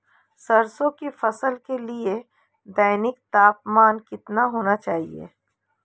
सरसों की फसल के लिए दैनिक तापमान कितना होना चाहिए?